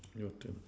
your turn